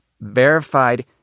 verified